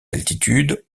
altitude